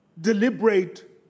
deliberate